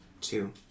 two